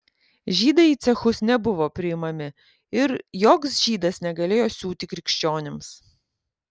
žydai į cechus nebuvo priimami ir joks žydas negalėjo siūti krikščionims